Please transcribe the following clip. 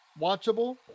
Watchable